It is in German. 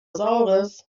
saures